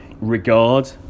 regard